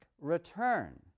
return